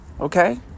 Okay